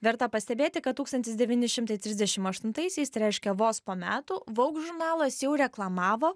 verta pastebėti kad tūkstantis devyni šimtai trisdešim aštuntaisiais tai reiškia vos po metų vaug žurnalas jau reklamavo